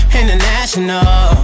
international